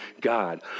God